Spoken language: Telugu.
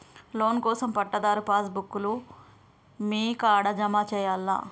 లోన్ కోసం పట్టాదారు పాస్ బుక్కు లు మీ కాడా జమ చేయల్నా?